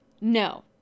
No